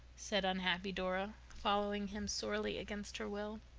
said unhappy dora, following him sorely against her will.